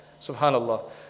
Subhanallah